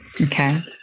Okay